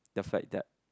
the fact that